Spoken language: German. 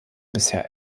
bisher